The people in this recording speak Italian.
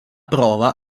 prova